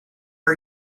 are